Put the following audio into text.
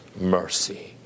mercy